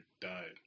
died